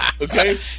Okay